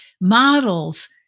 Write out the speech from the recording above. models